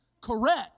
correct